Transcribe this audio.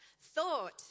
thought